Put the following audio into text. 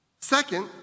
Second